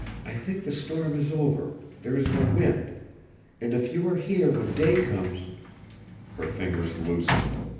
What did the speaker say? i think the storm is over there is no wind and if you are here when day comes her fingers loosened.